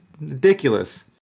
ridiculous